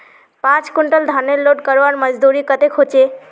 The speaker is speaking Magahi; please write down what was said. पाँच कुंटल धानेर लोड करवार मजदूरी कतेक होचए?